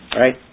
Right